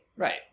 Right